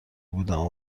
بودم